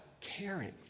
caring